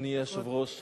אדוני היושב-ראש,